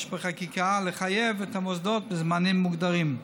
בחקיקה ולחייב את המוסדות בזמנים מוגדרים.